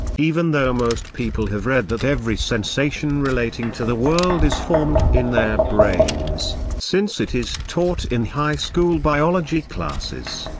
even though most people have read that every sensation relating to the world is formed in their brains, since it is taught in high school biology classes,